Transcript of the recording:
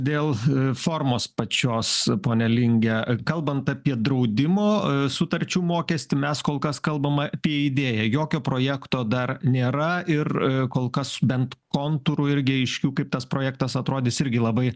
dėl formos pačios pone linge kalbant apie draudimo sutarčių mokestį mes kol kas kalbam apie idėją jokio projekto dar nėra ir kol kas bent kontūrų irgi aiškių kaip tas projektas atrodys irgi labai